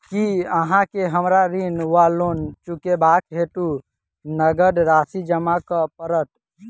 की अहाँ केँ हमरा ऋण वा लोन चुकेबाक हेतु नगद राशि जमा करऽ पड़त?